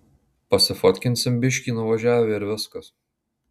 pasifotkinsim biškį nuvažiavę ir viskas